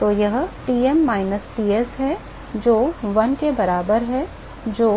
तो यह Tm minus Ts है जो 1 के बराबर है जो